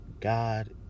God